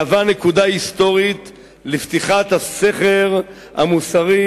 מהווה נקודה היסטורית לפתיחת הסכר המוסרי,